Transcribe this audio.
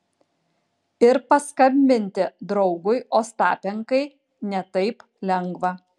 ir paskambinti draugui ostapenkai ne taip lengva